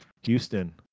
Houston